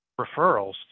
referrals